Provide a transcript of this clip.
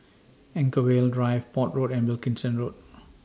Anchorvale Drive Port Road and Wilkinson Road